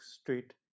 straight